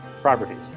properties